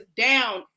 down